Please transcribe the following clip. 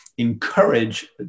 encourage